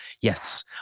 Yes